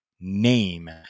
name